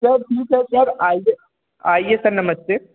सब ठीक है सर आइए आइए सर नमस्ते